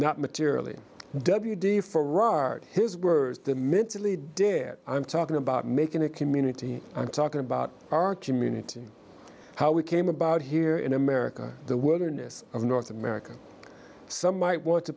not materially w d farrar his words the mentally dead i'm talking about making a community i'm talking about our community how we came about here in america the wilderness of north america some might want to